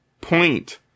point